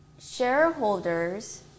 shareholders